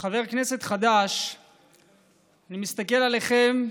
כחבר כנסת חדש אני מסתכל עליכם,